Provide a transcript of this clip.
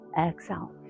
exhale